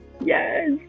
Yes